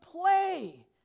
play